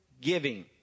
giving